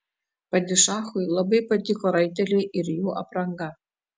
padišachui labai patiko raiteliai ir jų apranga